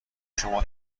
شما